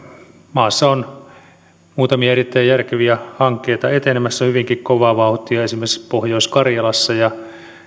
maassa on muutamia erittäin järkeviä hankkeita etenemässä hyvinkin kovaa vauhtia esimerkiksi pohjois karjalassa ja